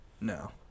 No